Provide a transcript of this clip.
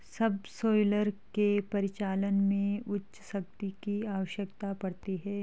subsoiler के परिचालन में उच्च शक्ति की आवश्यकता पड़ती है